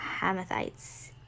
Hamathites